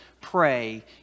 pray